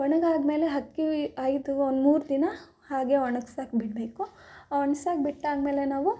ಒಣಗಾದಮೇಲೆ ಅಕ್ಕಿ ಐದು ಒಂದು ಮೂರು ದಿನ ಹಾಗೆ ಒಣಗ್ಸಾಕಿ ಬಿಡಬೇಕು ಒಣ್ಸಾಕಿ ಬಿಟ್ಟಾದಮೇಲೆ ನಾವು